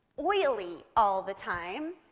oily all the time.